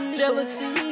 jealousy